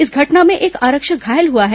इस घटना में एक आरक्षक घायल हुआ है